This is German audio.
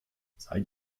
seit